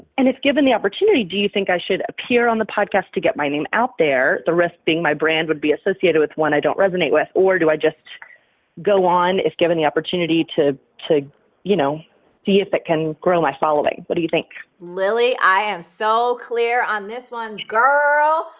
and given the opportunity, do you think i should appear on the podcast to get my name out there, the risk being my brand would be associated with one i don't resonant with or do i just go on if given the opportunity to to you know see if it can grow my following? what but do you think? lily, i am so clear on this one. girl,